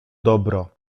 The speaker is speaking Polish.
dobro